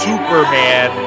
Superman